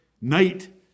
Night